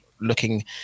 looking